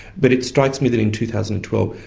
but it strikes me that in two thousand and twelve,